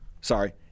sorry